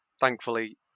thankfully